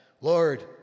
Lord